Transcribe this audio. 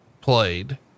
played